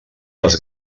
les